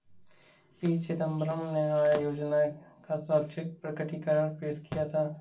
P Chidambaram ने आय योजना का स्वैच्छिक प्रकटीकरण पेश किया था